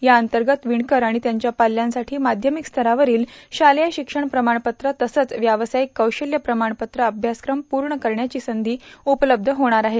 याअंतर्गत विणकर आणि त्यांच्या पाल्यांसाठी माध्यमिक स्तरावरील शालेय शिक्षण प्रमाणपत्र तसंच व्यावसायिक कौशल्य प्रमाणपत्र अभ्यासक्रम पूर्ण करण्याची संघी उपलब्ध होणार आहे